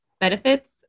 benefits